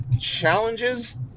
challenges